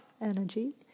energy